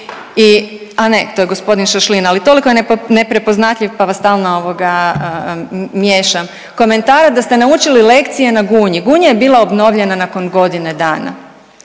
a ne to je g. Šašlin, ali toliko je neprepoznatljiv, pa vas stalno ovoga miješam, komentara da ste naučili lekcije na Gunji, Gunja je bila obnovljena nakon godine dana.